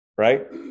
Right